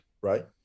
right